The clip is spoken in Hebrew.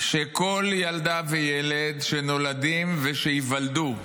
שכל ילדה וילד שנולדים ושייוולדו,